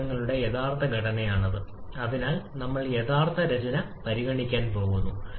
ചെറിയ സംഖ്യാ വ്യായാമം ഉപയോഗിച്ച് ഇന്ന് പ്രഭാഷണം അവസാനിപ്പിക്കാൻ ഞാൻ ആഗ്രഹിക്കുന്നു